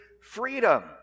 freedom